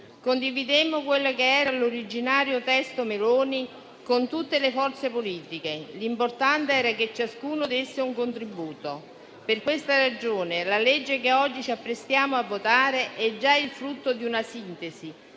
condividemmo quello che era l'originario testo Meloni con tutte le forze politiche. L'importante era che ciascuno desse un contributo. Per questa ragione, il disegno di legge che oggi ci apprestiamo a votare è già il frutto di una sintesi,